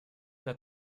der